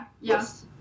yes